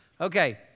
Okay